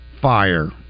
fire